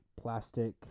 plastic